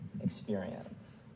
experience